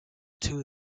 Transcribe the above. two